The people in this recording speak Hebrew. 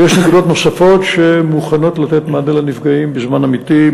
ויש נקודות נוספות שמוכנות לתת מענה לנפגעים בזמן אמיתי.